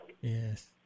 Yes